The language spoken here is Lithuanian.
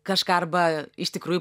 kažką arba iš tikrųjų